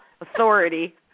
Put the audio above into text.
authority